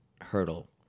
hurdle